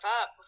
up